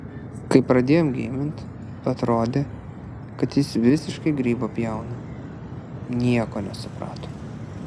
kai pradėjom geimint atrodė kad jis visiškai grybą pjauna nieko nesuprato